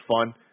fun